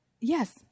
Yes